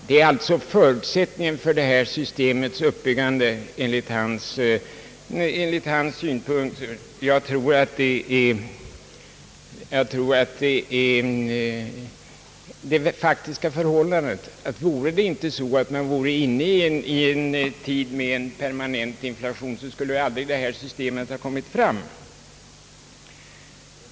Det är alltså förutsättningen enligt hans synpunkt för uppbyggandet av detta system. Jag tror att det är det faktiska förhållandet. Vore man inte inne i en tid med permanent inflation skulle aldrig det här systemet ha kommit fram såsom förslag.